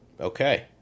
Okay